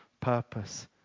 purpose